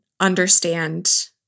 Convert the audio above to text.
understand